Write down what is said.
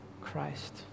Christ